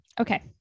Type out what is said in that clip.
Okay